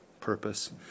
purpose